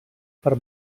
per